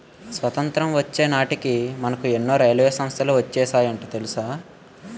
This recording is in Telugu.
స్వతంత్రం వచ్చే నాటికే మనకు ఎన్నో రైల్వే సంస్థలు వచ్చేసాయట తెలుసా